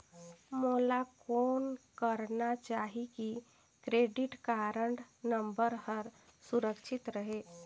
मोला कौन करना चाही की क्रेडिट कारड नम्बर हर सुरक्षित रहे?